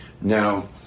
Now